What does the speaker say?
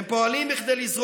הוא יצר